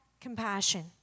compassion